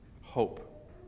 Hope